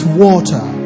water